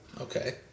Okay